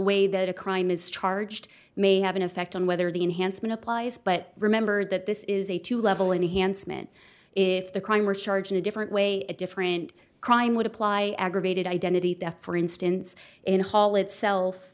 way that a crime is charged may have an effect on whether the enhancement applies but remember that this is a two level enhanced meant if the crime were charged in a different way a different crime would apply aggravated identity theft for instance in hall itself